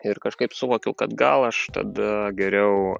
ir kažkaip suvokiau kad gal aš tada geriau